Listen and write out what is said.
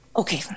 Okay